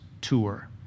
tour